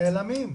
הן נעלמות.